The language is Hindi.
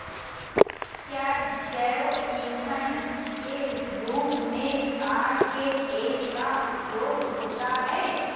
क्या जैव ईंधन के रूप में ताड़ के तेल का उपयोग होता है?